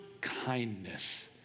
kindness